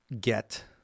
get